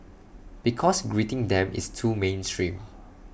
because greeting them is too mainstream